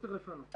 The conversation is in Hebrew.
מצד שני כן